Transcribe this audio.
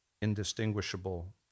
indistinguishable